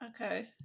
Okay